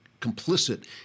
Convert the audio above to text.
complicit